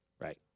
Right